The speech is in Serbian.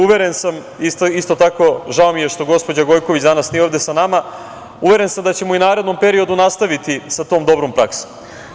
Uveren sam, isto tako, žao mi je što gospođa Gojković danas nije ovde sa nama, uveren sam da ćemo i u narednom periodu nastaviti sa tom dobrom praksom.